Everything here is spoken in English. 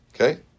Okay